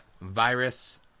virus